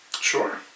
Sure